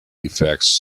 defects